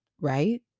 right